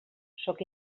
sóc